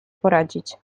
poradzić